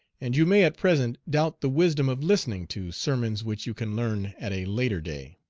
and you may at present doubt the wisdom of listening to sermons which you can learn at a later day.